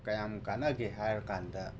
ꯀꯌꯥꯝ ꯀꯥꯟꯅꯒꯦ ꯍꯥꯏꯕ ꯀꯥꯟꯗ